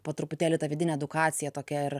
po truputėlį ta vidinė edukacija tokia ir